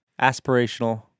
Aspirational